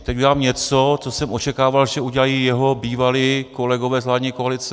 Teď udělám něco, co jsem očekával, že udělají jeho bývalí kolegové z vládní koalice.